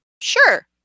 sure